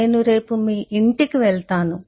నేను రేపు మీ ఇంటికి వెళ్తాను